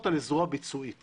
מצד אחד: כשאתם מוציאים מכרז,